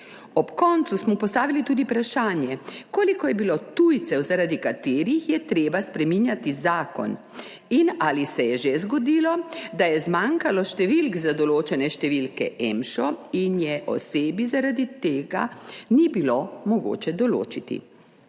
Ob koncu smo postavili tudi vprašanje, koliko je bilo tujcev, zaradi katerih je treba spreminjati zakon, in ali se je že zgodilo, da je zmanjkalo številk za določene številke EMŠO in je osebi zaradi tega ni bilo mogoče določiti.